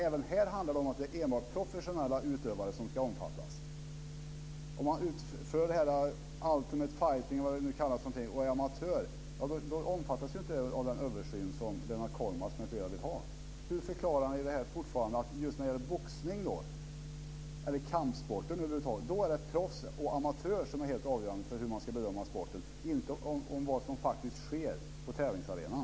Även här handlar det om att det är enbart professionella utövare som ska omfattas. Om man utför ulimate fighting, eller vad det nu kallas, och är amatör omfattas inte det av den översyn som Lennart Kollmats m.fl. vill ha. Hur förklarar ni att det just när det gäller boxning eller kampsporter är helt avgörande för hur man ska bedöma sporten om det är proffs och amatörer och inte vad som faktiskt sker på tävlingsarenan?